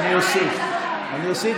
אורי מקלב